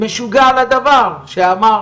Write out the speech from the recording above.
משוגע לדבר שאמר